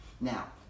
Now